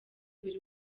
buri